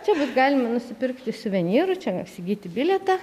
čia bus galima nusipirkti suvenyrų čia įsigyti bilietą